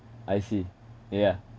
I see yeah